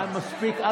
מספיק.